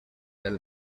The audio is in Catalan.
del